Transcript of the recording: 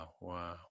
Wow